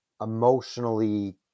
emotionally